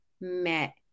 met